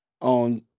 on